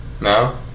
No